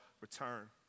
return